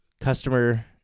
customer